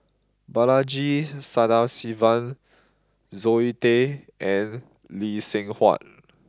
Balaji Sadasivan Zoe Tay and Lee Seng Huat